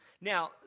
Now